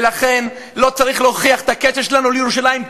ולכן, לא צריך להוכיח את הקשר שלנו לירושלים.